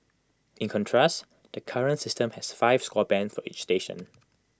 in contrast the current system has five score bands for each station